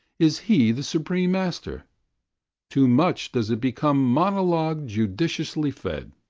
is he the supreme master too much does it become monologue judiciously fed,